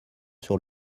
sur